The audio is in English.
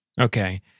Okay